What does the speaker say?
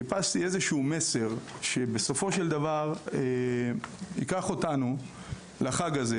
חיפשתי איזה שהוא מסר שבסופו של דבר ייקח אותנו לחג הזה